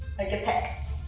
like a text,